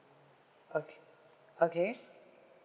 okay okay